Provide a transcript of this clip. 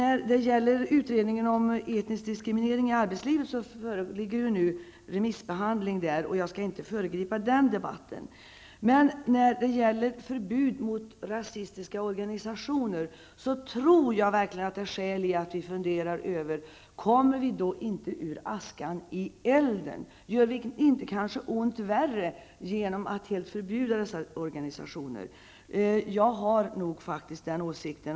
Utredningen om etnisk diskriminering i arbetslivet är nu föremål för remissbehandling, och jag skall inte föregripa den debatten. Men när det gäller förbud mot rasistiska organisationer tror jag verkligen att det finns skäl för oss att fundera över om vi inte då kommer ur askan i elden. Gör vi inte ont värre genom att helt förbjuda dessa organisationer? Jag har faktiskt den åsikten.